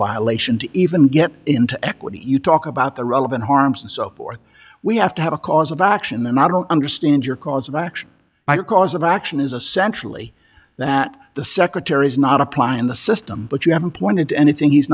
violation to even get into equity you talk about the relevant harms and so forth we have to have a cause of action in the model understand your cause of action by cause of action is a centrally that the secretary is not apply in the system but you haven't pointed to anything he's